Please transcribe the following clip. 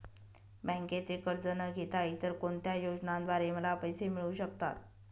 बँकेचे कर्ज न घेता इतर कोणत्या योजनांद्वारे मला पैसे मिळू शकतात?